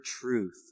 truth